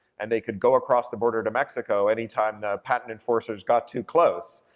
and they could go across the border to mexico any time the patent enforcers got too close.